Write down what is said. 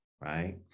right